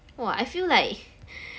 !wah! I feel like